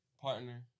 partner